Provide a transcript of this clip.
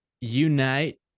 unite